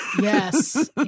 Yes